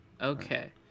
Okay